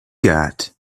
got